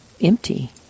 empty